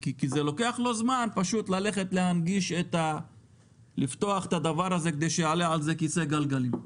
כי לוקח לו זמן פשוט ללכת ולפתוח את הרמפה כדי שיעלה עליה כיסא גלגלים.